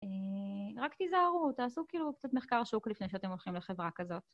רק תיזהרו, תעשו כאילו קצת מחקר שוק לפני שאתם הולכים לחברה כזאת.